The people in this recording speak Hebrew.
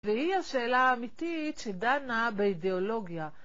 והיא השאלה האמיתית שדנה באידיאולוגיה.